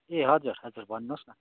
ए हजुर हजुर भन्नुहोस् न